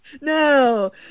No